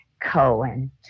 Cohen